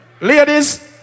ladies